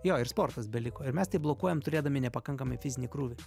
jo ir sportas beliko ir mes tai blokuojam turėdami nepakankamą fizinį krūvį